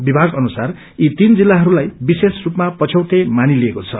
विभग अनुसार यी तीन जिल्लहरूताई विशेष स्पामा पछयौटे मानिलिएको छ